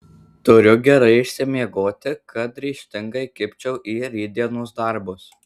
turiu gerai išsimiegoti kad ryžtingai kibčiau į rytdienos darbus